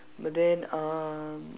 but then uh